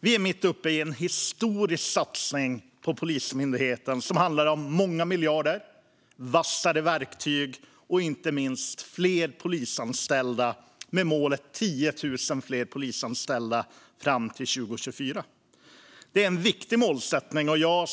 Vi är mitt uppe i en historisk satsning på Polismyndigheten som handlar om många miljarder, vassare verktyg och inte minst fler polisanställda, med målet 10 000 fler fram till 2024. Det är en viktig målsättning.